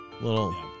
little